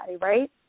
right